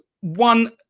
one